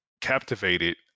captivated